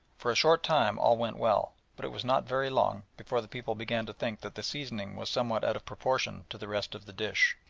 for a short time all went well, but it was not very long before the people began to think that the seasoning was somewhat out of proportion to the rest of the dish.